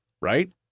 Right